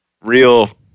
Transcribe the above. real